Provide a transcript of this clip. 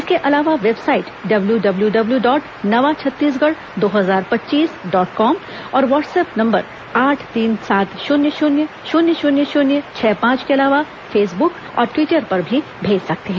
इसके अलावा website W W dot नवा छत्तीसगढ़ दो हजार पच्चीस डॉट कॉम और वाट्सएप नम्बर आठ तीन सात शून्य शून्य शून्य शून्य शून्य छह पांच के अलावा फेसबुक और ट्वीटर पर भी भेज सकते हैं